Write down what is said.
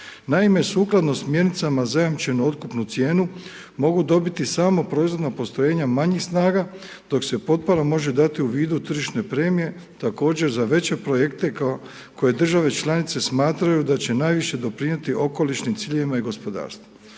Naime, sukladno smjernicama zajamčenu otkupnu cijenu mogu dobiti samo proizvodna postrojenja manjih snaga dok se potpora može dati u vidu tržišne premije također za veće projekte koje države članice smatraju da će najviše doprinijeti okolišnim ciljevima i gospodarstvu.